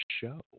show